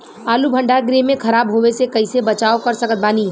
आलू भंडार गृह में खराब होवे से कइसे बचाव कर सकत बानी?